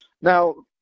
Now